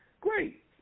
Great